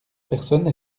personne